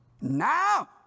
Now